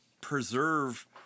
preserve